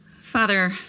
Father